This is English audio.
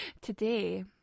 today